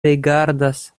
rigardas